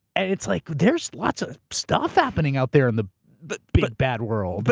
and it's like, there's lots of stuff happening out there in the but big, bad world.